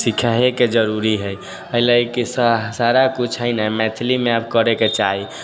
सीखहेके जरुरी हइ एहि लागी कि सारा कुछ हइ ने मैथिलीमे करेके चाही